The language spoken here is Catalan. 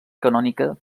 canònica